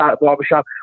barbershop